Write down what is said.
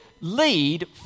lead